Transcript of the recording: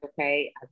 okay